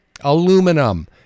aluminum